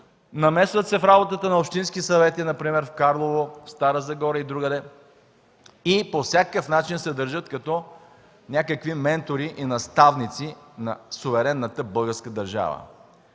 намесват се в работата на общински съвети, например в Карлово, Стара Загора и другаде и по всякакъв начин се държат като някакви ментори и наставници на суверенната българска държава.